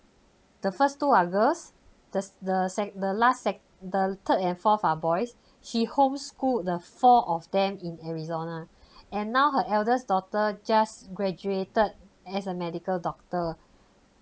the first two are girls the s~ the sec~ the last sec~ the third and fourth are boys she home schooled the four of them in arizona and now her eldest daughter just graduated as a medical doctor